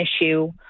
issue